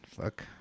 Fuck